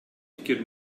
fikir